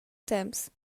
temps